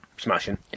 Smashing